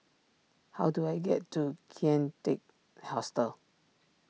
how do I get to Kian Teck Hostel